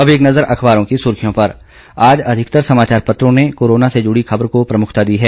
अब एक नज़र अखबारों की सुर्खियों पर आज अधिकतर समाचार पत्रों ने कोरोना से जुड़ी खबर को प्रमुखता दी है